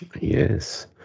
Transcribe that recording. Yes